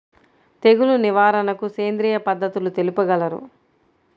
తెగులు నివారణకు సేంద్రియ పద్ధతులు తెలుపగలరు?